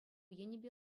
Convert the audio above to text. енӗпе